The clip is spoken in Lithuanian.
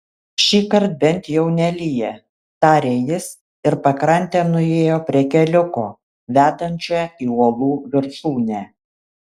šįkart bent jau nelyja tarė jis ir pakrante nuėjo prie keliuko vedančio į uolų viršūnę